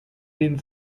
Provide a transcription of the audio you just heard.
den